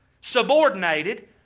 subordinated